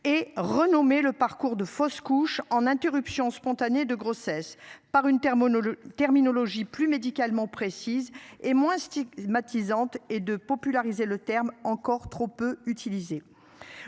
et renommé le parcours de fausse couche en interruptions spontanées de grossesse par une terre le terminologie plus médicalement précise et moins stigmatisante et de populariser le terme encore trop peu utilisé.